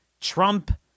trump